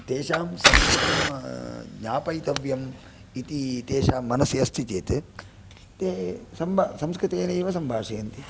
तेषां संस्कृतं ज्ञापयितव्यम् इति तेषां मनसि अस्ति चेत् ते सम्बा संस्कृतेनैव सम्भाषयन्ति